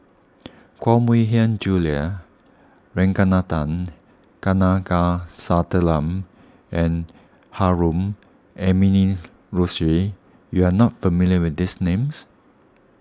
Koh Mui Hiang Julie Ragunathar Kanagasuntheram and Harun Aminurrashid you are not familiar with these names